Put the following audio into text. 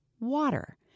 water